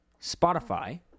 Spotify